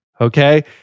okay